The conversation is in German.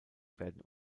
werden